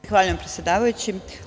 Zahvaljujem, predsedavajući.